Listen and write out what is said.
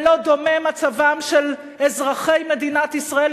ולא דומה מצבם של אזרחי מדינת ישראל